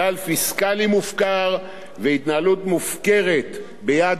כלל פיסקלי מופקר והתנהלות מופקרת ביעד